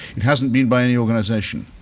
it hasn't been by any organization.